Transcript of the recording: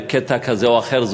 בקטע כזה או אחר,